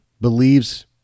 believes